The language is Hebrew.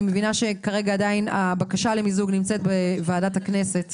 אני מבינה שהבקשה למיזוג עדיין נמצאת בוועדת הכנסת